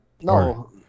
no